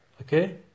Okay